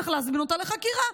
צריך להזמין אותה לחקירה,